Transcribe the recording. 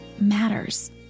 matters